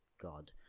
God